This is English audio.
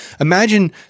Imagine